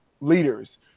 leaders